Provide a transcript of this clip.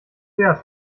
wert